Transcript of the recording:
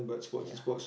ya